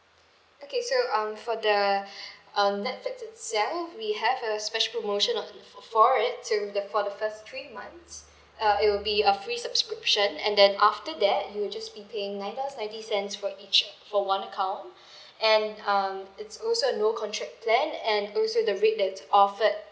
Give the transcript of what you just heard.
okay so um for the um netflix itself we have a special promotion on f~ for it so the for the first three months uh it will be a free subscription and then after that you will just be paying nine dollars ninety cents for each for one account and um it's also a no contract plan and also the rate that is offered